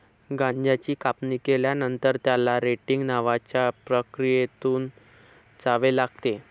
गांजाची कापणी केल्यानंतर, त्याला रेटिंग नावाच्या प्रक्रियेतून जावे लागते